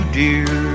dear